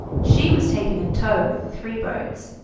she was taken in tow with the three boats,